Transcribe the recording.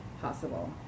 possible